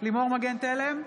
לימור מגן תלם,